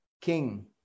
king